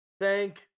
Thank